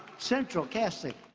central casting.